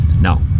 now